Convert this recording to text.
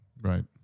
Right